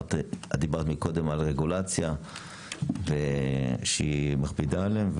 את דיברת על רגולציה שהיא מכבידה עליהם,